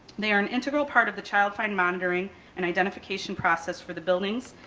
they're an integral part of the child find monitoring and identification process for the buildings,